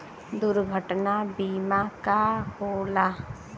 दुर्घटना बीमा का होला?